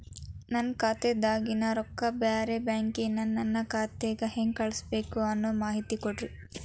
ನನ್ನ ಖಾತಾದಾಗಿನ ರೊಕ್ಕ ಬ್ಯಾರೆ ಬ್ಯಾಂಕಿನ ನನ್ನ ಖಾತೆಕ್ಕ ಹೆಂಗ್ ಕಳಸಬೇಕು ಅನ್ನೋ ಮಾಹಿತಿ ಕೊಡ್ರಿ?